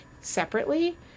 separately